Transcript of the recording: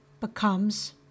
becomes